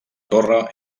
torre